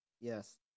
Yes